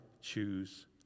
choose